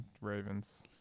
Ravens